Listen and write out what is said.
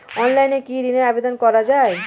অনলাইনে কি ঋনের আবেদন করা যায়?